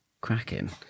Cracking